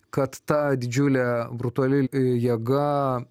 kad ta didžiulė brutali jėga